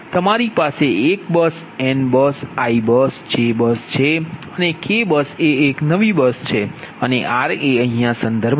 તમારી પાસે 1 બસ n બસ i બસ j બસ છે અને k બસ એ એક નવી બસ છે અને r એ સંદર્ભ બસ છે